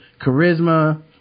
charisma